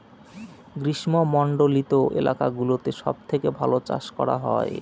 গ্রীষ্মমন্ডলীত এলাকা গুলোতে সব থেকে ভালো চাষ করা হয়